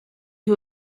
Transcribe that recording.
who